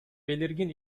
belirgin